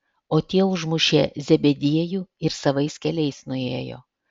o tie užmušė zebediejų ir savais keliais nuėjo